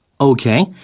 Okay